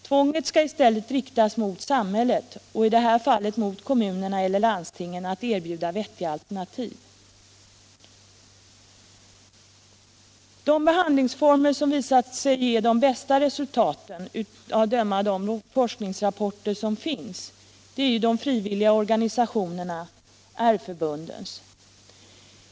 Tvånget skall i stället riktas mot samhället — i detta fall kommunerna eller landstingen — att erbjuda vettiga alternativ. De behandlingsformer som visat sig ge de bästa resultaten att döma av de forskningsrapporter som finns är genom de frivilliga organisationerna, R-förbunden.